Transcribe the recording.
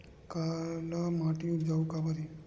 काला माटी उपजाऊ काबर हे?